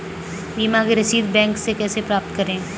बीमा की रसीद बैंक से कैसे प्राप्त करें?